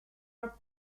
are